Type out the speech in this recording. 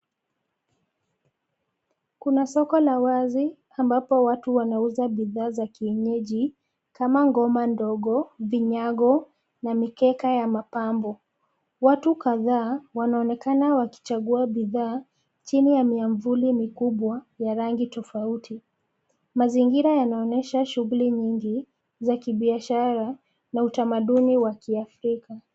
Kuna soko la wazi, ambapo watu wanauza bidhaa za kienyeji, kama ngoma ndogo, vinyago, na mikeka ya mapambo. Watu kadhaa, wanaonekana wakichagua bidhaa, chini ya miavuli mikubwa ya rangi tofauti. Mazingira yanaonyesha shughuli nyingi za kibiashara, na utamaduni wa kiafrika.